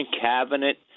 cabinet